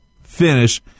finish